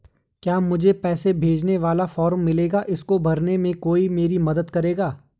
क्या मुझे पैसे भेजने वाला फॉर्म मिलेगा इसको भरने में कोई मेरी मदद करेगा?